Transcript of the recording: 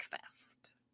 fest